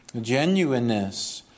Genuineness